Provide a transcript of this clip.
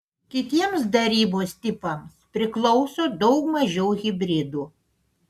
kitiems darybos tipams priklauso daug mažiau hibridų